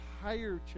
entire